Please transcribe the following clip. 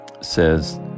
says